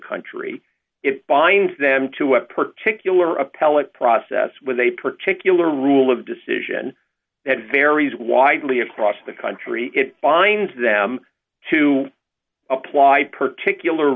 country it binds them to a particular appellate process with a particular rule of decision that varies widely across the country it finds them to apply particular